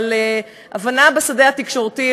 אבל הבנה בשדה התקשורתי,